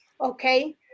okay